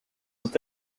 with